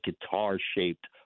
guitar-shaped